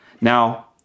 Now